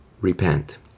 repent